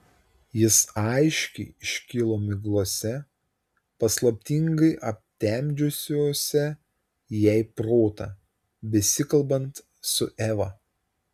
jis aiškiai iškilo miglose paslaptingai aptemdžiusiose jai protą besikalbant su eva